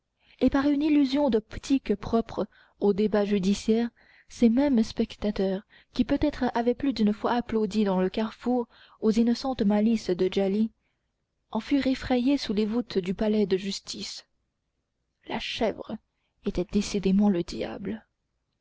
et par une illusion d'optique propre aux débats judiciaires ces mêmes spectateurs qui peut-être avaient plus d'une fois applaudi dans le carrefour aux innocentes malices de djali en furent effrayés sous les voûtes du palais de justice la chèvre était décidément le diable